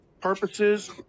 purposes